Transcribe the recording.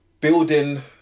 building